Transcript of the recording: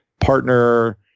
partner